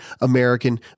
American